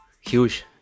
huge